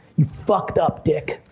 you fucked up, dick.